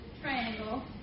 triangle